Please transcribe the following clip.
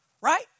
right